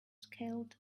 scaled